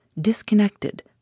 disconnected